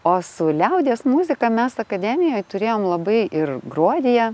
o su liaudies muzika mes akademijoj turėjom labai ir gruodyje